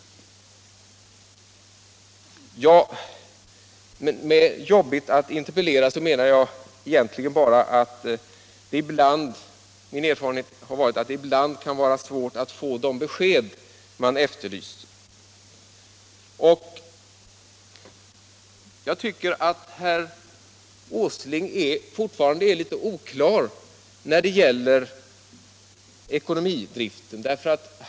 Med mina ord om att det är jobbigt att interpellera menade jag egentligen bara att det ibland är svårt att få de besked som man efterlyser. Herr Åsling är fortfarande oklar när det gäller ekonomidriften vid Turitz.